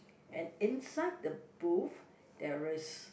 and inside the booth there is